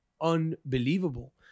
unbelievable